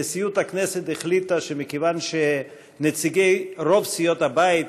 נשיאות הכנסת החליטה שמכיוון שנציגי רוב סיעות הבית,